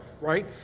right